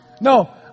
No